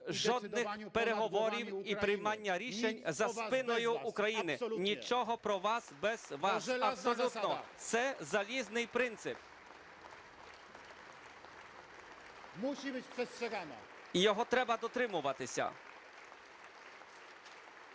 жодних переговорів і приймання рішень за спиною України. Нічого про вас без вас абсолютно – це залізний принцип, його треба дотримуватися.